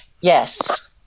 Yes